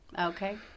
Okay